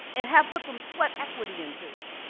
and have put some sweat equity into it.